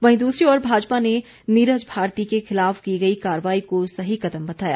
वहीं दूसरी ओर भाजपा ने नीरज भारती के खिलाफ की गई कार्रवाई को सही कदम बताया